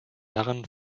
herren